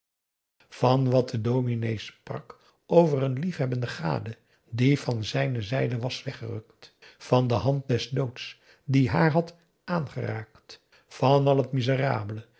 van wat de domine sprak over een liefhebbende gade die van zijne zijde was weggerukt van de hand des doods die haar had aangeraakt van al het miserabele